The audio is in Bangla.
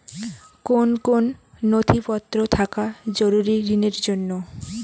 কোন কোন নথিপত্র থাকা জরুরি ঋণের জন্য?